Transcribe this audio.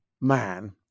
man